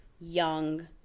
young